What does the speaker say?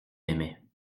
aimais